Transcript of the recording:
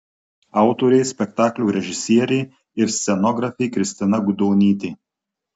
autorė spektaklio režisierė ir scenografė kristina gudonytė